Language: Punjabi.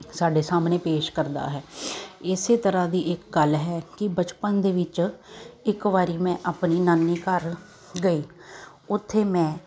ਸਾਡੇ ਸਾਹਮਣੇ ਪੇਸ਼ ਕਰਦਾ ਹੈ ਇਸੇ ਤਰ੍ਹਾਂ ਦੀ ਇੱਕ ਗੱਲ ਹੈ ਕਿ ਬਚਪਨ ਦੇ ਵਿੱਚ ਇੱਕ ਵਾਰੀ ਮੈਂ ਆਪਣੀ ਨਾਨੀ ਘਰ ਗਈ ਓਥੇ ਮੈਂ